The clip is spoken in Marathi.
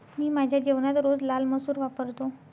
मी माझ्या जेवणात रोज लाल मसूर वापरतो